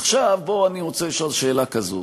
עכשיו אני רוצה לשאול שאלה כזאת,